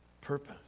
purpose